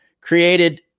Created